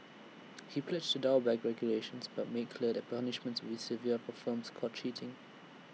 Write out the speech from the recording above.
he pledged to dial back regulations but made clear that punishments would severe for firms caught cheating